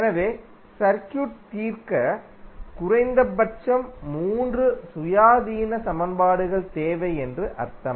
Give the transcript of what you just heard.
எனவே சர்க்யூட் தீர்க்க குறைந்தபட்சம் மூன்று சுயாதீன சமன்பாடுகள் தேவை என்று அர்த்தம்